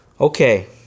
Okay